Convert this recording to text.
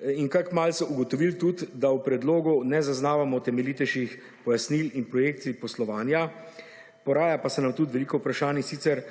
in malce ugotovili, da v predlogu ne zaznavamo temeljitejših pojasnil in projekcij poslovanja. Poraja pa se nam tudi veliko vprašanj in sicer